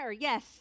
yes